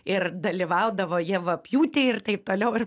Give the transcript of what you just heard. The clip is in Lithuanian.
ir dalyvaudavo javapjūtėj ir taip toliau ir